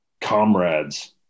comrades